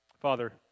Father